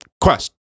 quest